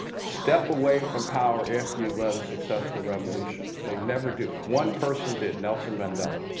step away from power after you've led a successful revolution, they never do, one person did, nelson mandela.